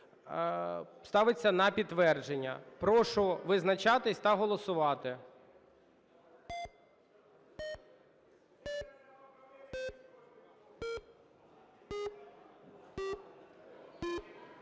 Ставиться на підтвердження. Прошу визначатися та голосувати.